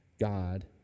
God